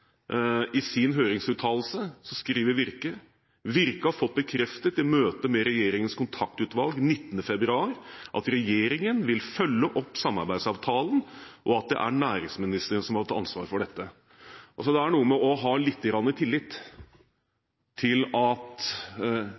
I sin høringsuttalelse skriver Virke at de har fått bekreftet i møtet med regjeringens kontaktutvalg 19. februar at regjeringen vil følge opp samarbeidsavtalen, og at det er næringsministeren som har hatt ansvaret for dette. Det er noe med det å ha lite grann tillit til at